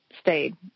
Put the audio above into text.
stayed